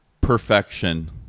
Perfection